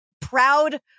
proud